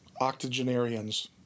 octogenarians